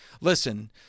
Listen